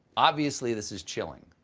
obviously this is chilling,